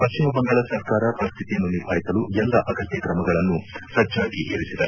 ಪಶ್ಚಿಮ ಬಂಗಾಳ ಸರ್ಕಾರ ಪರಿಸ್ಥಿತಿಯನ್ನು ನಿಭಾಯಿಸಲು ಎಲ್ಲ ಅಗತ್ಯ ಕ್ರಮಗಳನ್ನು ಸಜ್ಜಾಗಿ ಇರಿಸಿದೆ